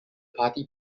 party